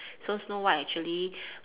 so snow white actually